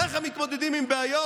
ככה מתמודדים עם בעיות,